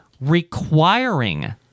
requiring